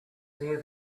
near